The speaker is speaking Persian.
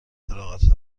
فراغتت